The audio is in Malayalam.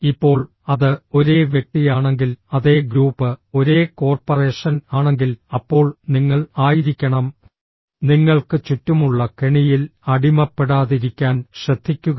ഇപ്പോൾ അത് ഒരേ വ്യക്തിയാണെങ്കിൽ അതേ ഗ്രൂപ്പ് ഒരേ കോർപ്പറേഷൻ ആണെങ്കിൽ അപ്പോൾ നിങ്ങൾ ആയിരിക്കണം നിങ്ങൾക്ക് ചുറ്റുമുള്ള കെണിയിൽ അടിമപ്പെടാതിരിക്കാൻ ശ്രദ്ധിക്കുക